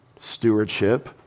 stewardship